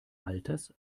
alters